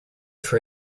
for